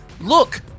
Look